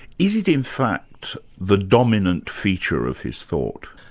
is it in fact the dominant feature of his thought?